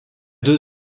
deux